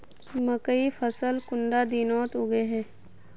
मकई फसल कुंडा दिनोत उगैहे?